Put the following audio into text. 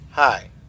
Hi